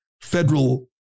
federal